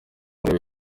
urebe